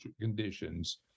conditions